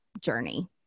journey